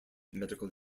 medical